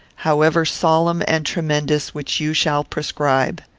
however solemn and tremendous, which you shall prescribe.